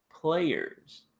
players